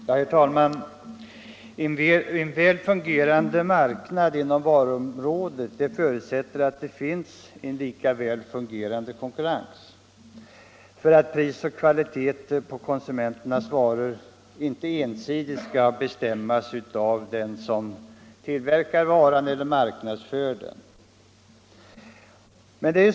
Herr talman! En väl fungerande marknad inom varuområdet förutsätter att det finns en lika väl fungerande konkurrens för att pris och kvalitet på varorna inte ensidigt skall bestämmas av den som tillverkar eller marknadsför dem.